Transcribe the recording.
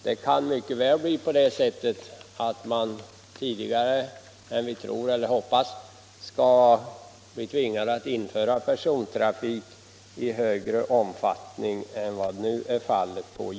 Vi kan mycket väl långt tidigare än vi tror bli tvingade att införa persontrafik på järnväg i större omfattning än vad som nu är fallet.